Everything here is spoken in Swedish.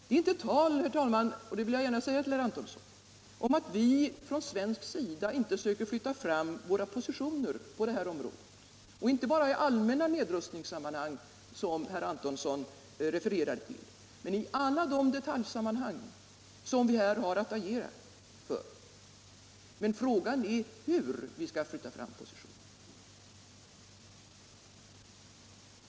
Det är inte, herr talman, tal om — det vill jag gärna säga till herr Antonsson — att vi från svensk sida inte försöker flytta fram våra positioner på det här området, och inte bara i allmänna nedrustningssammanhang, som herr Antonsson refererade till, utan i alla de detaljsammanhang där vi har att agera. Men frågan är hur vi skall flytta fram positionerna.